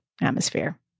atmosphere